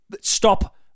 Stop